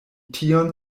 tion